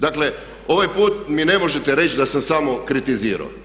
Dakle, ovaj put mi ne možete reći da sam samo kritizirao.